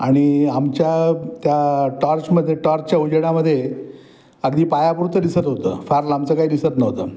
आणि आमच्या त्या टॉर्चमध्ये टॉर्चच्या उजेडामध्ये अगदी पायापुरतं दिसत होतं फार लांबचं काय दिसत नव्हतं